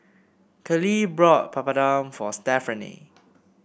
Kalyn brought Papadum for Stephaine